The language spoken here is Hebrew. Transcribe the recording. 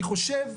אני חושב,